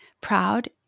proud